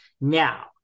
now